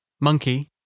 Monkey